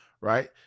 right